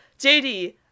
JD